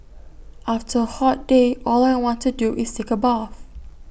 after A hot day all I want to do is take A bath